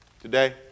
Today